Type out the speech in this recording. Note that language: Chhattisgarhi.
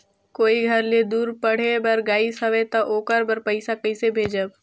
कोई घर ले दूर पढ़े बर गाईस हवे तो ओकर बर पइसा कइसे भेजब?